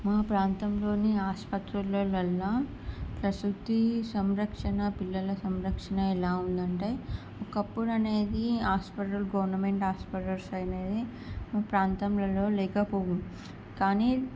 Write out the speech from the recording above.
మా ప్రాంతంలోని హాస్పటల్లో ప్రసూతి సంరక్షణ పిల్లల సంరక్షణ ఎలా ఉందంటే ఒకప్పుడు అనేది హాస్పిటల్ గవర్నమెంట్ హాస్పిటల్స్ అనేది మా ప్రాంతంలలో లేకపోవు కానీ